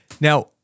Now